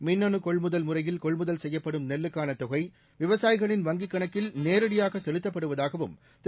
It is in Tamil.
மின்னு கொள்முதல் முறையில் கொள்முதல் செய்யப்படும் நெல்லுக்கான தொகை விவசாயிகளின் வங்கிக் கணக்கில் நேரடியாக செலுத்தப்படுவதாகவும் திரு